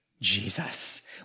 Jesus